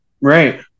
Right